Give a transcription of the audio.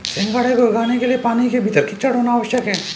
सिंघाड़े को उगाने के लिए पानी के भीतर कीचड़ होना आवश्यक है